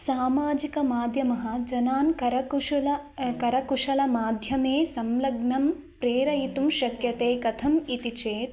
सामाजिकमाध्यमः जनान् करकुशल करकुशलमाध्यमेन संलग्नं प्रेरयितुं शक्यते कथम् इति चेत्